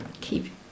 keep